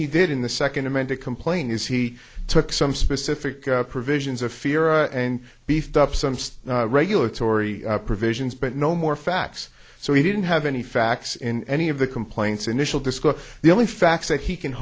he did in the second amended complaint is he took some specific provisions of fear and beefed up some stuff regulatory provisions but no more facts so he didn't have any facts in any of the complaints initial discussion the only facts that he can